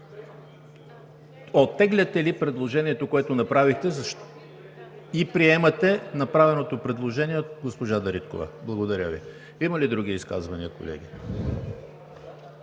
оттегляте ли предложението, което направихте, и приемате ли направеното предложение от госпожа Дариткова? Благодаря Ви. Има ли други изказвания, колеги?